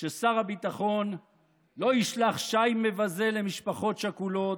ששר הביטחון לא ישלח שי מבזה למשפחות שכולות,